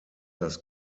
das